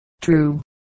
True